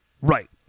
Right